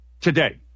Today